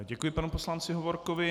Děkuji panu poslanci Hovorkovi.